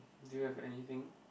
do you have anything